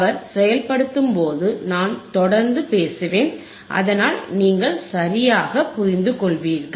அவர் செயல்படுத்தும்போது நான் தொடர்ந்து பேசுவேன் அதனால் நீங்கள் சரியாக புரிந்துகொள்வீர்கள்